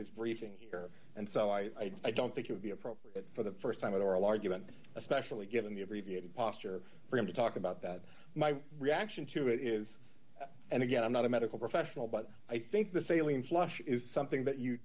his briefing here and so i i don't think it would be appropriate for the st time in oral argument especially given the abbreviated posture for him to talk about that my reaction to it is and again i'm not a medical professional but i think the salient flush is something that you